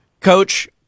Coach